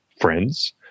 friends